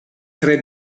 tre